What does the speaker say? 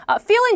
feeling